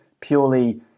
purely